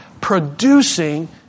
producing